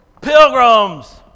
Pilgrims